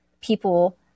people